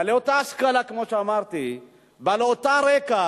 בעלי אותה השכלה, כמו שאמרתי, בעלי אותו רקע,